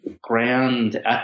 grand